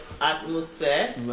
atmosphere